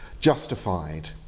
justified